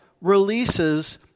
releases